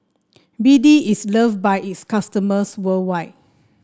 B D is loved by its customers worldwide